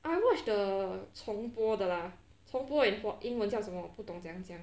I watch the 重播的 lah 重播 in 英文叫什么不懂怎样讲